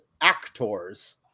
actors